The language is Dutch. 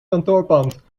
kantoorpand